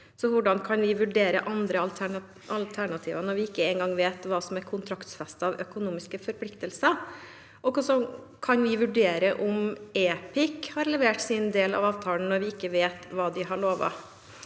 Hvordan kan vi vurdere andre alternativer når vi ikke engang vet hva som er kontraktfestet av økonomiske forpliktelser, og hvordan kan vi vurdere om Epic har levert sin del av avtalen når vi ikke vet hva de har lovet?